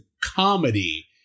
comedy